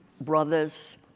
brothers